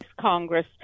Congress